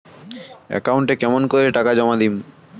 একাউন্টে কেমন করি টাকা জমা দিম?